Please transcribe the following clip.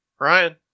ryan